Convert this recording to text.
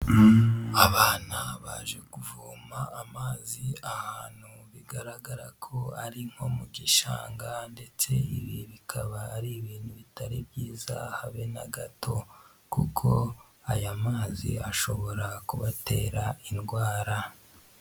Abana baje kuvoma amazi ahantu bigaragara ko ari nko mu gishanga ndetse ibi bikaba ari ibintu bitari byiza habe na gato kuko aya mazi ashobora kubatera indwara.